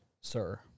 sir